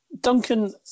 Duncan